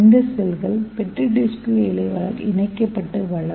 இந்த செல்கள் petri dish கீழே இணைக்கப்பட்டு வளரும்